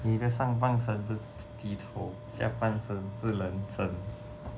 你的上半身是鸡头下半身是人身